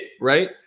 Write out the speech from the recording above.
right